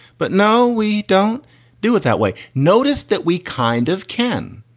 but no, we don't do it that way. notice that we kind of can.